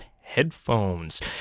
headphones